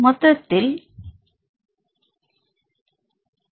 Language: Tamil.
மொத்தத்தில் பி